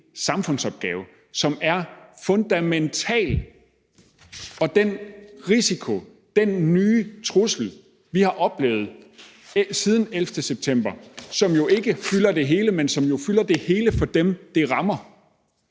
samfundsopgave, som er fundamental. Den risiko, den nye trussel, vi har oplevet siden 11. september, fylder jo ikke det hele, men den fylder det hele for dem, det rammer.